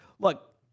Look